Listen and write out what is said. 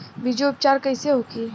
बीजो उपचार कईसे होखे?